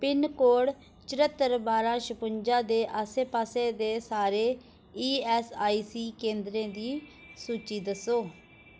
pincode चरत्तरलबारां छपुंजा दे आस्सै पास्सै दे सारे ईऐस्सआईसी केंद्रें दी सूची दस्सो